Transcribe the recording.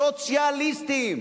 סוציאליסטיים.